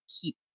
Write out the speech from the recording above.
keep